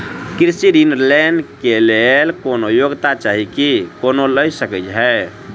कृषि ऋण लय केँ लेल कोनों योग्यता चाहि की कोनो लय सकै है?